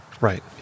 Right